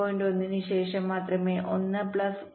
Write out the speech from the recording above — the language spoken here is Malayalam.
1 ന് ശേഷം മാത്രമേ ഇത് 1 പ്ലസ് 0